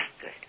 good